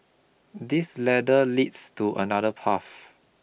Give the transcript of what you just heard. this ladder leads to another path